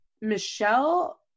Michelle